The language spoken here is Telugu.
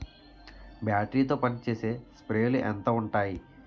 బ్యాటరీ తో పనిచేసే స్ప్రేలు ఎంత ఉంటాయి?